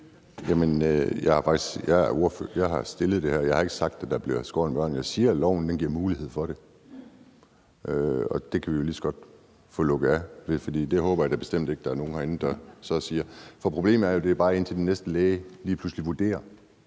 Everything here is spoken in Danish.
det her forslag, og jeg har ikke sagt, at der bliver skåret i nogen, men jeg siger, at loven giver mulighed for det. Det kan vi lige så godt få lukket af for, for det håber jeg da bestemt ikke der er nogen herinde der siger der skal være. For problemet er jo, at det bare er, indtil den næste læge lige pludselig vurderer,